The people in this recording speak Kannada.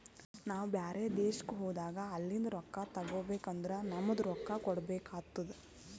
ನಾವು ಬ್ಯಾರೆ ದೇಶ್ಕ ಹೋದಾಗ ಅಲಿಂದ್ ರೊಕ್ಕಾ ತಗೋಬೇಕ್ ಅಂದುರ್ ನಮ್ದು ರೊಕ್ಕಾ ಕೊಡ್ಬೇಕು ಆತ್ತುದ್